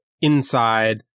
inside